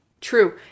true